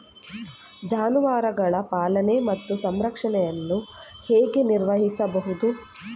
ಜಾನುವಾರುಗಳ ಪಾಲನೆ ಮತ್ತು ಸಂರಕ್ಷಣೆಯನ್ನು ಹೇಗೆ ನಿರ್ವಹಿಸಬಹುದು?